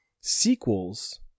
sequels